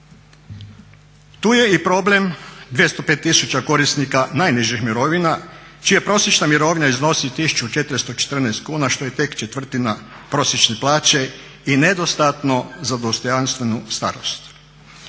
Tu je i problem 205 tisuća korisnika najnižih mirovina čija prosječna mirovna iznosi 1414 kuna što je tek četvrtina prosječne plaće i nedostatno za dostojanstvenu starost.